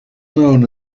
known